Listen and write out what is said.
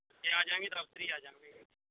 ਜੇ ਆ ਜਾਂਗੇ ਦਫ਼ਤਰ ਹੀ ਆ ਜਾਂਗੇ